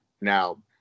Now